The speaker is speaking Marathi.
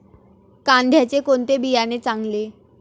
कांद्याचे कोणते बियाणे चांगले?